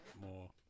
more